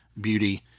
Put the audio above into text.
beauty